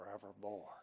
Forevermore